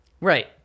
Right